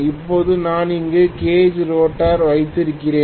இப்போது நான் இங்கே கேஜ் ரோட்டார் வைத்திருக்கிறேன்